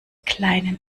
kleinen